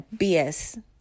BS